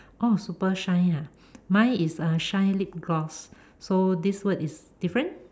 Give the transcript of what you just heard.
super shine mine is shine lip gloss so this word is different